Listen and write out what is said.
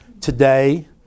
today